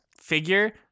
figure